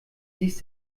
dies